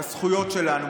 בזכויות שלנו,